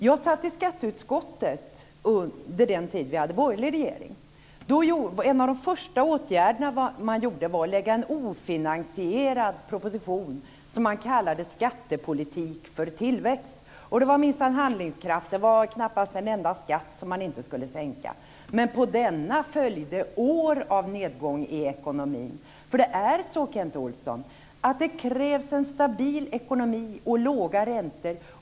Jag satte i skatteutskottet under den tid vi hade borgerlig regering. En av de första åtgärderna man gjorde var att lägga fram en ofinansierad proposition, som man kallade för skattepolitik för tillväxt. Det var minsann handlingskraft. Det var nästan inte en enda skatt som man inte skulle sänka, men på detta följde år av nedgång i ekonomin. Det krävs, Kent Olsson, en stabil ekonomi och låga räntor.